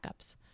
Backups